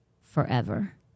forever